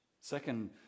Second